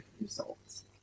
results